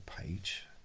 page